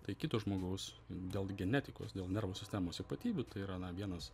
tai kito žmogaus dėl genetikos dėl nervų sistemos ypatybių tai yra na vienas